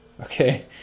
okay